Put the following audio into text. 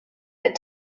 that